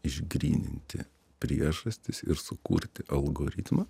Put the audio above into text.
išgryninti priežastis ir sukurti algoritmą